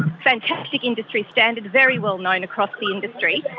fantastic industry standard, very well-known across the industry,